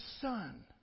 Son